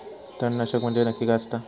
तणनाशक म्हंजे नक्की काय असता?